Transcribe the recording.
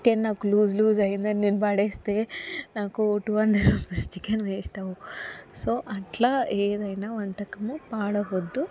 chicken నాకు loose loose అయిందని నేను పడేస్తే నాకు టూ హండ్రడ్ రూపీస్ చికెన్ వేస్టవ్ సో అట్లా ఏదయినా వంటకం పడేయద్దు